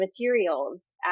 materials